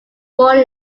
born